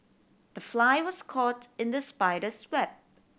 the fly was caught in the spider's web